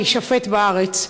להישפט בארץ.